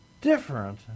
different